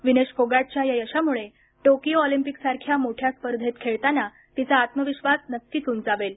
विनेश फोगाटच्या या यशामुळे टोकियो ऑलिम्पिक सारख्या मोठ्या स्पर्धेत खेळताना तिचा आत्मविश्वास नक्कीच उंचावेल